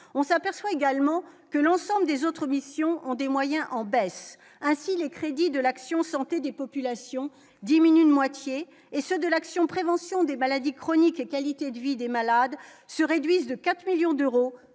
on s'aperçoit également que l'ensemble des autres missions ont des moyens en baisse ainsi les crédits de l'action santé des populations diminue de moitié et ceux de l'action prévention des maladies chroniques et qualité de vie des malades se réduisent de 4 millions d'euros,